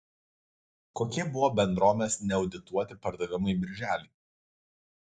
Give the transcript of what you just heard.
kokie buvo bendrovės neaudituoti pardavimai birželį